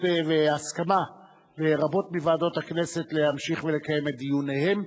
והסכמה לרבות מוועדות הכנסת להמשיך ולקיים את דיוניהן,